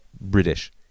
British